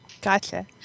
Gotcha